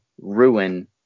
ruin